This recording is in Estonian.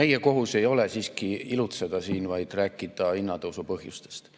Meie kohus ei ole siiski siin ilutseda, vaid rääkida hinnatõusu põhjustest